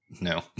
No